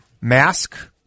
Mask